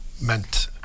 meant